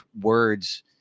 words